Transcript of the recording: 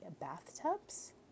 bathtubs